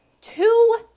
Two